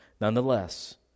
Nonetheless